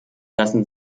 lassen